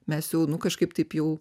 mes jau nu kažkaip taip jau